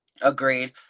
Agreed